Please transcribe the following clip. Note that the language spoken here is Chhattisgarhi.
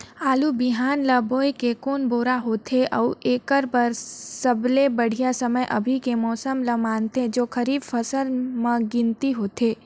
आलू बिहान ल बोये के कोन बेरा होथे अउ एकर बर सबले बढ़िया समय अभी के मौसम ल मानथें जो खरीफ फसल म गिनती होथै?